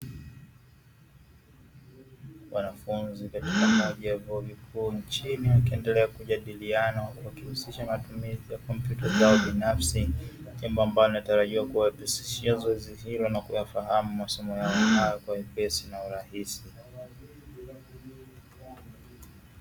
Wanafunzi katika moja ya vyuo vikuu nchini wakiendelea kujadiliana wakihusisha matumizi ya kompyuta zao binafsi, jambo ambalo linalotarajiwa kuwarahisishia zoezi hilo ili wafahamu masomo yao hayo kwa wepesi na urahisi.